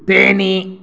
Theni